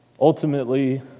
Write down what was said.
Ultimately